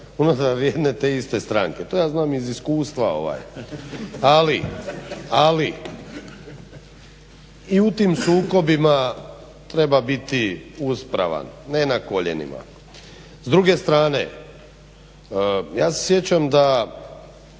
unutar jedne te iste stranke. To ja znam iz iskustva. Ali i u tim sukobima treba biti uspravan ne na koljenima. S druge strane ja se sjećam da